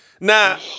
Now